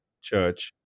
church